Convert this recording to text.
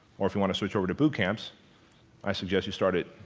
or if you want to switch over to boot camps i suggest you start it